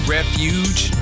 Refuge